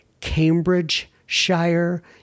Cambridgeshire